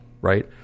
right